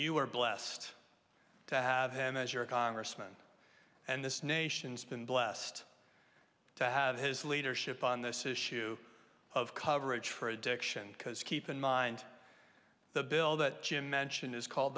you are blessed to have him as your congressman and this nation's been blessed to have his leadership on this issue of coverage for addiction because keep in mind the bill that jim mentioned is called